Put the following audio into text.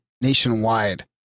nationwide